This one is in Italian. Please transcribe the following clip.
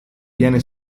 viene